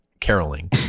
caroling